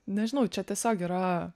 nežinau čia tiesiog yra